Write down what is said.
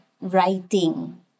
writing